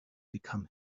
become